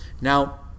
now